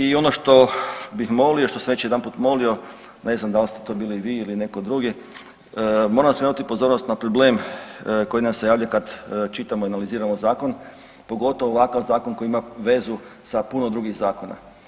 I ono što bih molio, što sam već jedanput molio, ne znam dal ste to bili vi ili netko drugi moram skrenuti pozornost na problem koji nam se javlja kad čitamo i analiziramo zakon, pogotovo ovakav zakon koji ima vezu sa puno drugih zakona.